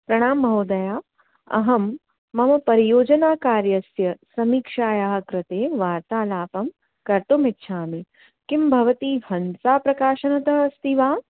प्रणाम् महोदया अहं मम परियोजनाकार्यस्य समीक्षायाः कृते वार्तालापं कर्तुमिच्छामि किं भवती हन्सा प्रकाशनतः अस्ति वा